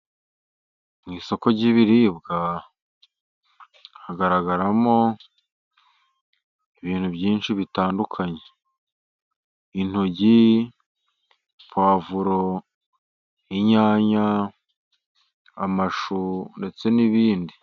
Mu isoko ry'ibiribwa hagaragaramo ibintu byinshi bitandukanye, intoryi, puwavuro, inyanya, amashu ndetse n'ibindi.